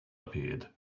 appeared